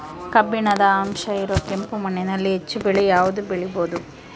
ಕಬ್ಬಿಣದ ಅಂಶ ಇರೋ ಕೆಂಪು ಮಣ್ಣಿನಲ್ಲಿ ಹೆಚ್ಚು ಬೆಳೆ ಯಾವುದು ಬೆಳಿಬೋದು?